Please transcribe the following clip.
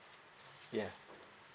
yeah